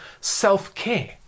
self-care